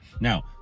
Now